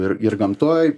ir ir gamtoj